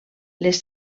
les